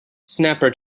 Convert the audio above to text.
snapper